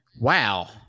wow